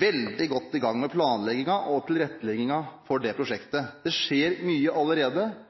veldig godt i gang med planleggingen og tilretteleggingen for det prosjektet. Det skjer mye allerede.